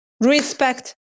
Respect